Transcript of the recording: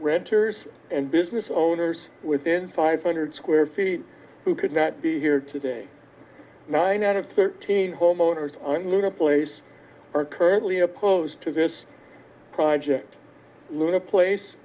renters and business owners within five hundred square feet who could not be here today nine out of thirteen homeowners under the place are currently opposed to this project luna place